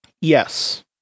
Yes